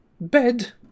Bed